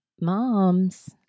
moms